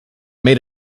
made